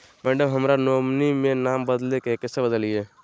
madam, हमरा के nominee में नाम बदले के हैं, कैसे बदलिए